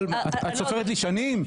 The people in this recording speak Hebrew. את סופרת לי שנים.